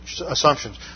assumptions